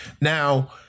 Now